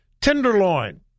Tenderloin